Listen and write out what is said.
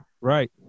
Right